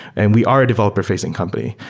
and we are a developer-facing company.